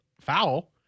foul